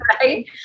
Right